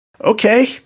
okay